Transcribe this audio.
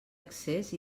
accés